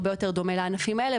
הרבה יותר דומה לענפים האלה,